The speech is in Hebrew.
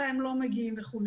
מתי הם לא מגיעים וכו',